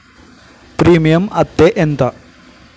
Premium అత్తే ఎంత?